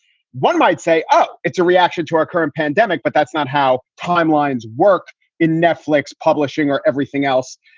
one might say, oh, it's a reaction to our current pandemic, but that's not how timelines work in netflix, publishing or everything else.